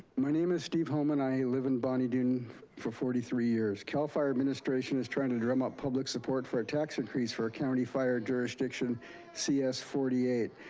my name is steve homan. i live in bonny doon for forty three years. cal fire administration is trying to drum up public support for a tax increase for county fire jurisdiction cs forty eight.